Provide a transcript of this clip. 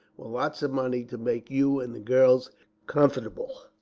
with lots of money to make you and the girls comfortable.